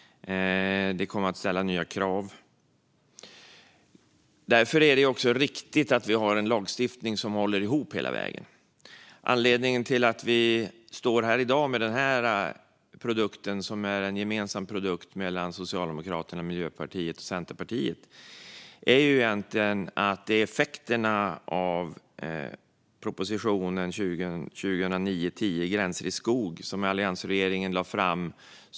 Det kommer att ställa nya krav. Därför är det också riktigt att vi har en lagstiftning som håller ihop hela vägen. Anledningen till att vi står här i dag med denna produkt, som är en gemensam produkt mellan Socialdemokraterna, Miljöpartiet och Centerpartiet, är egentligen effekterna av propositionen 2009/10:201 Gränser i skog som alliansregeringen lade fram.